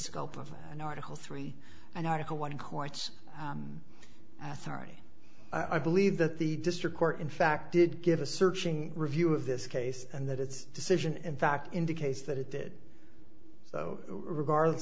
scope of an article three and article one court's authority i believe that the district court in fact did give a searching review of this case and that its decision in fact indicates that it did so regardless